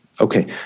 Okay